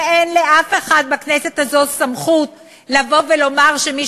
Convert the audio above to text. ואין לאף אחד בכנסת הזאת סמכות לומר שמי